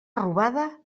robada